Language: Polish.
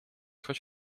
choć